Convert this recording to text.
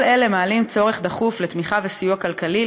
כל אלה מעלים צורך דחוף בתמיכה וסיוע כלכלי,